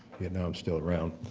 vietnam's still around,